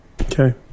Okay